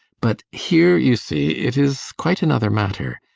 but here, you see, it is quite another matter.